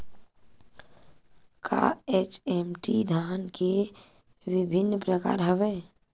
का एच.एम.टी धान के विभिन्र प्रकार हवय?